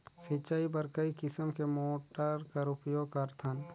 सिंचाई बर कई किसम के मोटर कर उपयोग करथन?